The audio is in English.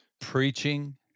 preaching